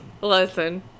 listen